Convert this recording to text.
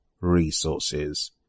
resources